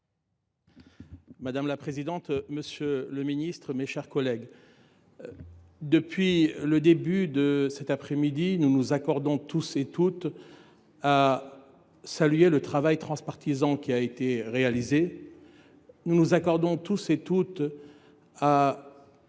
Madame la présidente, monsieur le ministre d’État, mes chers collègues, depuis le début de l’après midi, nous nous accordons tous à saluer le travail transpartisan qui a été réalisé. Nous nous accordons tous à constater